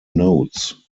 notes